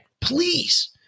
please